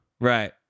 Right